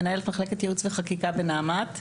מנהלת מחלקת ייעוץ וחקיקה בנעמ"ת.